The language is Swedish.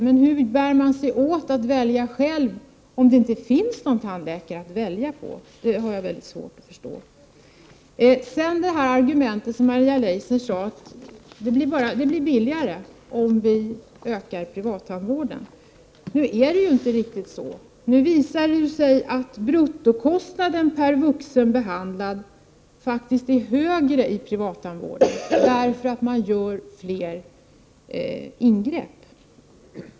Men hur bär man sig åt att välja själv om det inte finns någon tandläkare att välja? Det har jag mycket svårt att förstå. Maria Leissner sade som argument att det blir billigare om vi ökar privattandvården. Men det är inte riktigt så. Det visar sig att bruttokostnaden per vuxen behandlad är högre i privattandvården därför att man gör fler ingrepp.